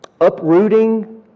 uprooting